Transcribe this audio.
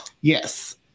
Yes